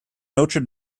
notre